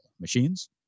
machines